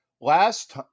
last